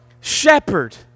shepherd